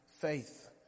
faith